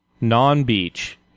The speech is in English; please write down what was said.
non-beach